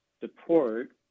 support